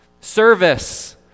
service